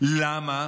למה